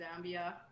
Zambia